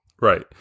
Right